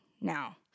now